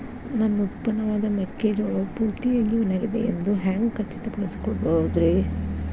ನನ್ನ ಉತ್ಪನ್ನವಾದ ಮೆಕ್ಕೆಜೋಳವು ಪೂರ್ತಿಯಾಗಿ ಒಣಗಿದೆ ಎಂದು ಹ್ಯಾಂಗ ಖಚಿತ ಪಡಿಸಿಕೊಳ್ಳಬಹುದರೇ?